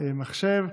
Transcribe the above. במחשב,